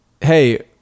Hey